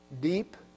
deep